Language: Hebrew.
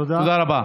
תודה רבה.